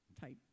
type